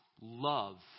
love